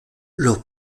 leur